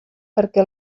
perquè